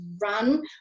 run